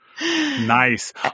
nice